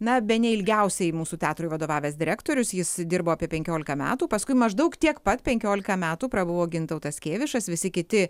na bene ilgiausiai mūsų teatrui vadovavęs direktorius jis dirbo apie penkiolika metų paskui maždaug tiek pat penkiolika metų prabuvo gintautas kėvišas visi kiti